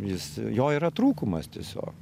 jis jo yra trūkumas tiesiog